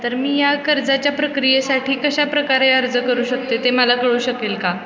तर मी या कर्जाच्या प्रक्रियेसाठी कशा प्रकारे अर्ज करू शकते ते मला कळू शकेल का